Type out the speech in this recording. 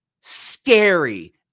Scary